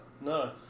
No